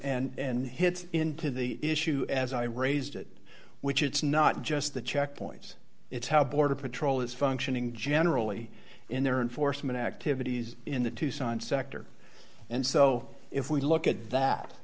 and hits into the issue as i raised it which it's not just the checkpoints it's how border patrol is functioning generally in their enforcement activities in the tucson sector and so if we look at that